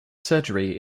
surgery